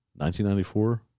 1994